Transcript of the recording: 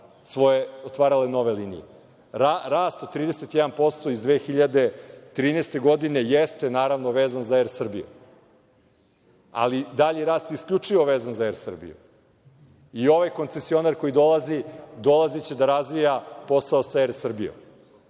i otvarale nove linije. Rast od 31% iz 2013. godine jeste naravno vezan za Er Srbiju ali dalji rast je isključivo vezan za Er Srbiju i ovaj koncesionar koji dolazi dolaziće da razvija posao sa Er Srbijom,